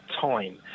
time